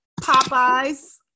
Popeyes